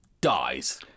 dies